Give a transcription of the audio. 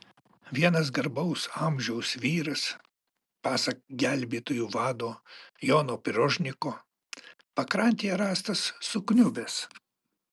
vienas garbaus amžiaus vyras pasak gelbėtojų vado jono pirožniko pakrantėje rastas sukniubęs